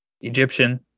Egyptian